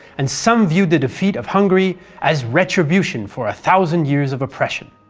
and some viewed the defeat of hungary as retribution for a thousand years of oppression.